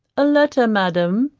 a letter, madam,